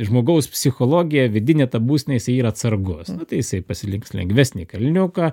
žmogaus psichologija vidinė ta būstinėse yra atsargos nu tai jisai pasiliks lengvesnį kalniuką